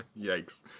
yikes